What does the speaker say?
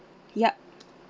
yup